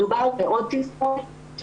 מדובר בעוד --- כאובה,